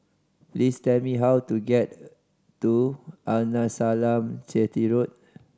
please tell me how to get to Arnasalam Chetty Road